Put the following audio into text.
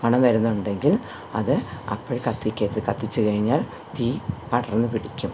മണം വരുന്നുണ്ടെങ്കിൽ അത് അപ്പം കത്തിക്കരുത് കത്തിച്ചുകഴിഞ്ഞാൽ തീ പടർന്ന് പിടിക്കും